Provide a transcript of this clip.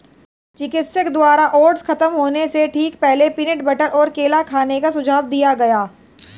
चिकित्सक द्वारा ओट्स खत्म होने से ठीक पहले, पीनट बटर और केला खाने का सुझाव दिया गया